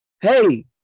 Hey